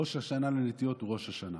ראש השנה לנטיעות הוא ראש השנה.